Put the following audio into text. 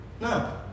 No